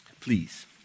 please